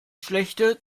schlechte